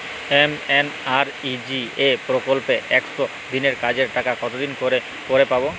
MNREGA প্রকল্পে একশ দিনের কাজের টাকা কতদিন পরে পরে পাব?